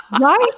Right